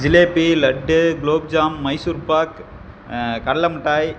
ஜிலேபி லட்டு குலோப்ஜாம் மைசூர் பாக் கடலை முட்டாய்